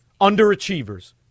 underachievers